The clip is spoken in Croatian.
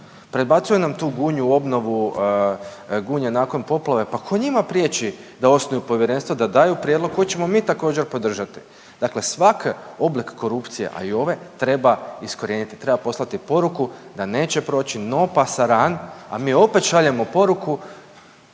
Prebacuje nam tu Gunju, obnovu Gunje nakon poplave, pa tko njima da osnuju povjerenstvo da daju prijedlog koji ćemo mi također podržati. Dakle, svaki oblik korupcije, a i ove, treba iskorijeniti, treba poslati poruku da neće proći no pasaran, a mi opet šaljemo poruku